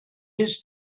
his